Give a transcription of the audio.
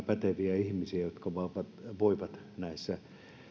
päteviä ihmisiä jotka voivat näissä